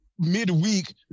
midweek